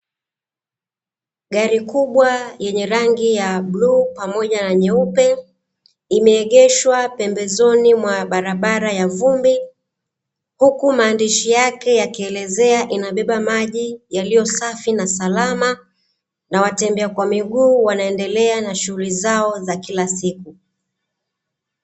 Gari kubwa yenye rangi ya bluu pamoja na nyeupe, imeegeshwa pembezoni mwa barabara ya vumbi, huku maandishi yake yakielezea inabeba maji yaliyo safi na salama na watembea kwa miguu wanaendelea na shughuli zao za kila siku.